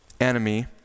enemy